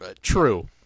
True